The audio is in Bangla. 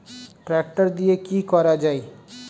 ট্রাক্টর দিয়ে কি করা যায়?